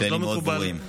יש לה כללים מאוד ברורים.